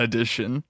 Edition